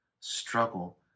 struggle